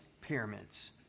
pyramids